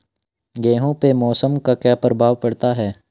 गेहूँ पे मौसम का क्या प्रभाव पड़ता है?